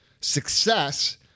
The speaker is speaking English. success